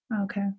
Okay